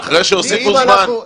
אחרי שהוסיפו זמן.